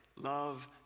love